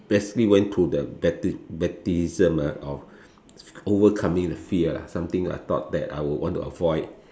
basically went to the bapti~ baptism of overcoming the fear ah something I thought that I would want to avoid